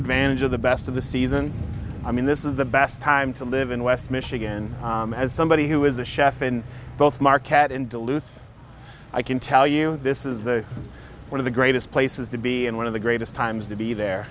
advantage of the best of the season i mean this is the best time to live in west michigan as somebody who is a chef in both market in duluth i can tell you this is the one of the greatest places to be and one of the greatest times to be